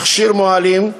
תכשיר מוהלים,